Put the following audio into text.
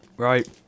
Right